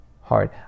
hard